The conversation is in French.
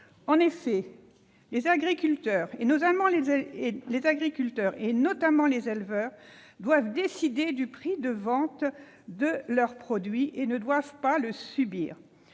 En effet, les agriculteurs, notamment les éleveurs, doivent décider du prix de vente de leurs produits, et non pas le subir.